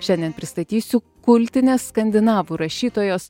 šiandien pristatysiu kultinės skandinavų rašytojos